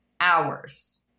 hours